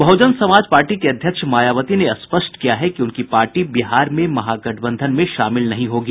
बहुजन Samaj party की अध्यक्ष मायावती ने स्पष्ट किया है कि उनकी पार्टी बिहार में महागठबंधन में शामिल नहीं होगी